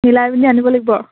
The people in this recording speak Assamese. মিলাই মেলি আনিব লাগিব আৰু